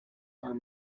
are